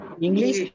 English